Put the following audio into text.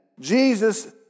Jesus